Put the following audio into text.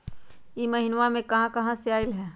इह महिनमा मे कहा कहा से पैसा आईल ह?